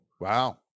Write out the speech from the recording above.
Wow